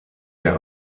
der